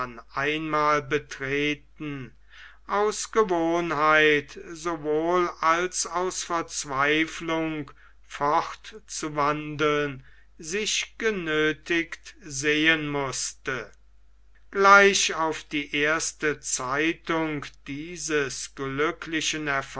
einmal betreten aus gewohnheit sowohl als aus verzweiflung fortzuwandeln sich genöthigt sehen mußte gleich auf die erste zeitung dieses glücklichen